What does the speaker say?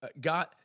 God